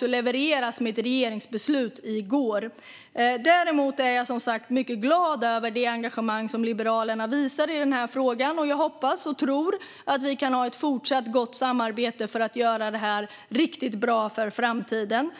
levererades genom ett regeringsbeslut i går. Jag är som sagt mycket glad över det engagemang som Liberalerna visar i denna fråga. Jag hoppas och tror att vi kan ha ett fortsatt gott samarbete för att göra detta riktigt bra för framtiden.